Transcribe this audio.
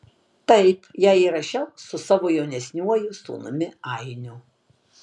taip ją įrašiau su savo jaunesniuoju sūnumi ainiu